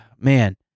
man